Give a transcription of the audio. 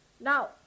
Now